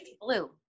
blue